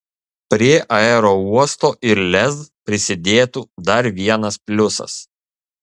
prie aerouosto ir lez prisidėtų dar vienas pliusas